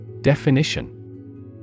Definition